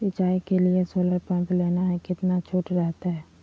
सिंचाई के लिए सोलर पंप लेना है कितना छुट रहतैय?